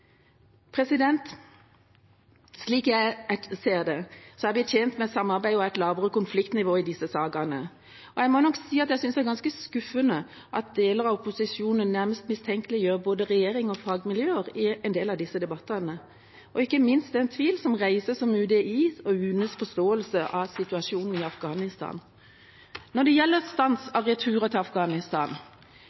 Slik jeg ser det, er vi tjent med samarbeid og et lavere konfliktnivå i disse sakene. Og jeg må nok si at jeg synes det er ganske skuffende at deler av opposisjonen nærmest mistenkeliggjør både regjeringa og fagmiljøene i en del av disse debattene – det gjelder ikke minst den tvil som reises om UDI og UNEs forståelse av situasjonen i Afghanistan. Når det gjelder stans av returer til Afghanistan,